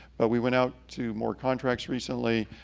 but we went out to more contracts recently,